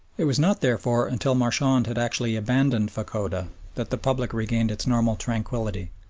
it was not, therefore, until marchand had actually abandoned fachoda that the public regained its normal tranquillity.